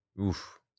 Oof